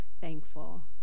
thankful